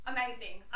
Amazing